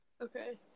okay